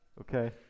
okay